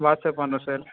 WhatsApp பண்றேன் sir